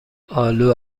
آلو